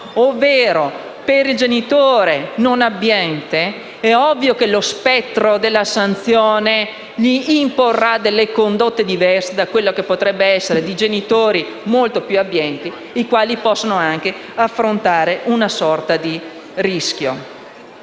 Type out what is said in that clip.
per il genitore non abbiente è ovvio che lo spettro della sanzione gli imporrà delle condotte diverse da quelle realizzate da parte di genitori molto più abbienti, i quali possono anche affrontare una sorta di rischio.